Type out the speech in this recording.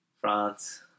France